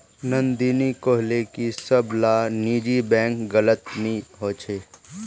नंदिनी कोहले की सब ला निजी बैंक गलत नि होछे